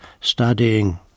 studying